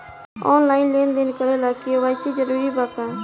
Online लेन देन करे ला के.वाइ.सी जरूरी बा का?